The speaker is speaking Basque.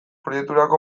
proiekturako